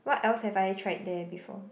what else have I tried there before